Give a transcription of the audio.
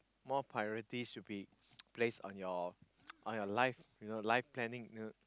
more priority should be placed on your on your life you know life planning you know